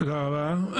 תודה רבה.